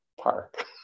park